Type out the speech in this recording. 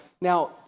now